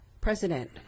president